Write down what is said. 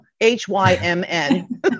H-Y-M-N